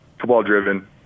football-driven